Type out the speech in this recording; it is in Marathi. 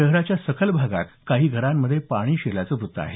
शहराच्या सखल भागात काही घरांमध्ये पाणी शिरल्याचं वृत्त आहे